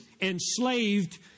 enslaved